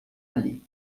lhe